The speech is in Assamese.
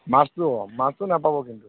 মাছটো মাছটো নাপাব কিন্তু